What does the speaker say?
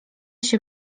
się